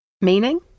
Meaning